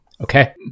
Okay